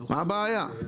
מה הבעיה?